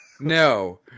No